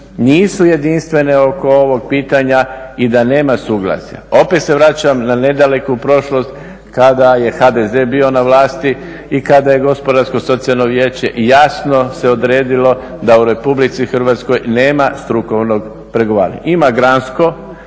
nisu jedinstvene oko ovog pitanja i da nema suglasja. Opet se vraćam na nedaleku prošlost kada je HDZ bio na vlasti i kada je gospodarsko socijalno vijeće jasno se odredilo da u RH nema strukovnog pregovaranja. Ima gransko